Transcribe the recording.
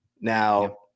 Now